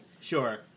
Sure